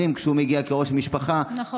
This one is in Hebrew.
כשהוא מגיע כראש משפחה, נכון.